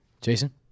Jason